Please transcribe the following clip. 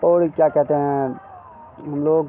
और क्या कहते हैं हम लोग